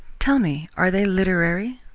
tell me, are they literary?